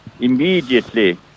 immediately